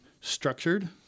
structured